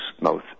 mouth